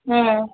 ம்